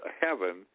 heaven